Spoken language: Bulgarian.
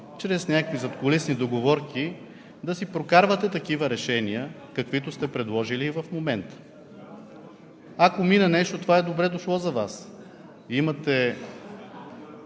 чрез някакви задкулисни договорки да си прокарвате такива решения, каквито сте предложили и в момента. Ако мине нещо, това е добре дошло за Вас. Имате